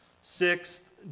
Sixth